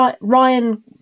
Ryan